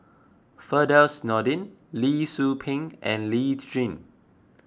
Firdaus Nordin Lee Tzu Pheng and Lee Tjin